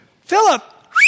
Philip